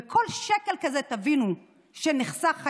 וכל שקל כזה שנחסך היום,